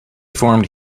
formed